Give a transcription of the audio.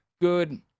good